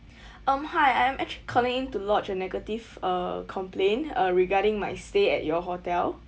um hi I'm actually calling in to lodge a negative uh complaint uh regarding my stay at your hotel